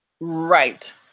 Right